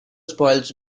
spoils